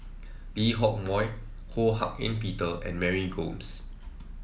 Lee Hock Moh Ho Hak Ean Peter and Mary Gomes